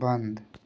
बंद